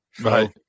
Right